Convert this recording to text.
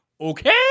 okay